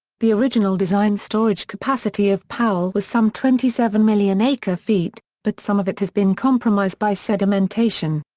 the original design storage capacity of powell was some twenty seven million acre feet, but some of it has been compromised by sedimentation.